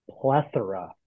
plethora